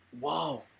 Wow